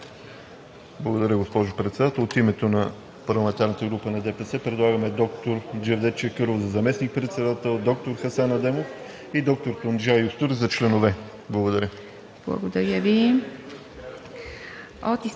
Благодаря, госпожо Председател. От името на парламентарната група на ДПС предлагаме доктор Джевдет Чакъров за заместник-председател, доктор Хасан Адемов и доктор Тунджай Йозтюрк за членове. Благодаря. ПРЕДСЕДАТЕЛ